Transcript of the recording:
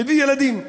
מביא ילדים,